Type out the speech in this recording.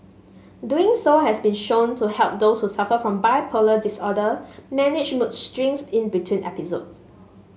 doing so has been shown to help those who suffer from bipolar disorder manage mood swings in between episodes